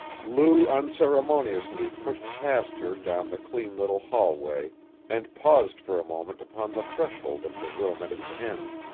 lou unceremoniously pushed past her down the clean little hallway and paused for a moment upon the threshold of the room at its end.